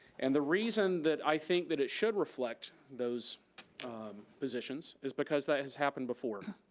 and the reason that i think that it should reflect those positions, is because that has happened before.